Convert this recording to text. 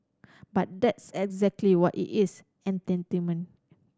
but that's exactly what it is entertainment